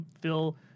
fill